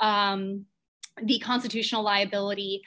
the constitutional liability